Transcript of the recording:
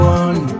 one